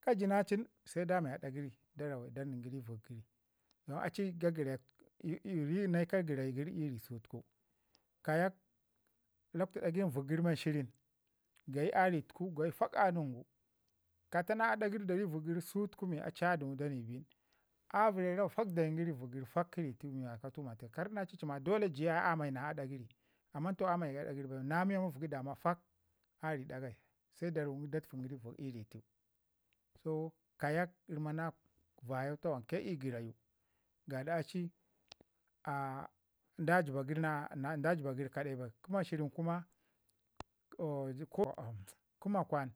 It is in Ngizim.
Ka ji na cin se da mai ada gəri rawen gəri vək gəri. A ci gagərayak nai ka garayu gəri ii ri sutuku. Kayak lawktu dagau nin vək gəri shrin gayi a ri tuku gayi fak ningu, kata na aɗa gəri da ri vək gəri sutuku mi aci a dəma da ni bin a vəre rawa dayin gəri vək gəri fak kə ritu mi wara ka tuman tu bai kar di naa ci ma dole amayi na aɗa gəri amman toh amayi aɗa gəri bai na miya mavgi dama a ri ɗayai, se da rawun gəri da tufin gəri vək gəri. So gavak rama na vayau tawanke ii gərayu gada aci a da jiba gəri na da jiba gəri kade bai. Kə mashirin kuma kə ma kwan